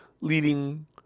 leading